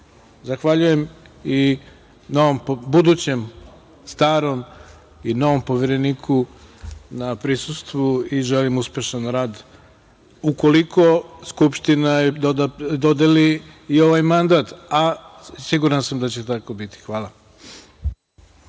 časova. Zahvaljujem i budućem starom i novom Povereniku na prisustvu i želim uspešan rad, ukoliko Skupština joj dodeli i ovaj mandat, a siguran sam da će tako biti. Hvala.(Posle